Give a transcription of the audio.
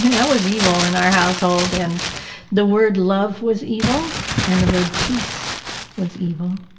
that was evil in our household and the word love was evil and the word peace was evil.